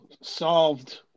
solved